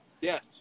Yes